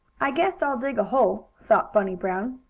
i guess i'll dig a hole, thought bunny blown.